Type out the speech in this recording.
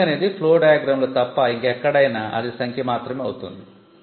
drawing అనేది 'flow diagram' లో తప్ప ఇంకెక్కడైనా అది సంఖ్య మాత్రమే అవుతుంది